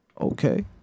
Okay